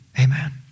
Amen